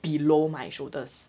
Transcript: below my shoulders